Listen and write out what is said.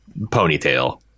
ponytail